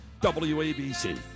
WABC